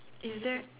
is there